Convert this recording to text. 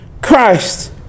Christ